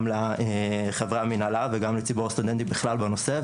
גם לחברי המנהלה וגם לציבור הסטודנטים בכלל בנושא,